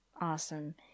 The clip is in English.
Awesome